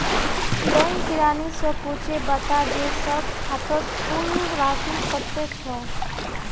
bank किरानी स पूछे बता जे सब खातौत कुल राशि कत्ते छ